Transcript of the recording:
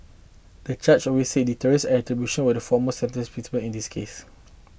the judge we said deterrence and retribution were the foremost sentencing principle in this case